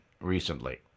recently